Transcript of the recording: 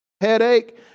Headache